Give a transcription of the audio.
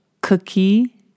Cookie